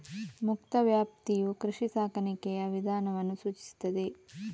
ಮುಕ್ತ ವ್ಯಾಪ್ತಿಯು ಕೃಷಿ ಸಾಕಾಣಿಕೆಯ ವಿಧಾನವನ್ನು ಸೂಚಿಸುತ್ತದೆ